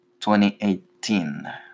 2018